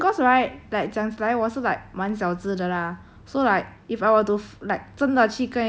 ya so I would choose hundred otter-sized horses was right like 讲起来我是 like 满小只的 lah